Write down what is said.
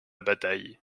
bataille